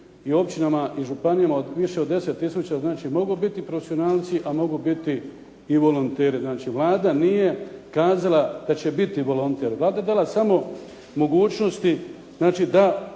i općinama i županijama više od 10 tisuća znači mogu biti profesionalci, a mogu biti i volonteri. Znači Vlada nije kazala da će biti volonter, Vlada je dala samo mogućnosti znači da